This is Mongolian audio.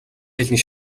хэлний